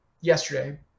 yesterday